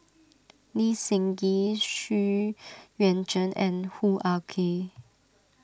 Lee Seng Gee Xu Yuan Zhen and Hoo Ah Kay